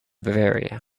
bavaria